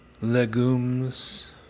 legumes